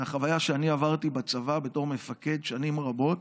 מהחוויה שאני עברתי בצבא בתור מפקד שנים רבות.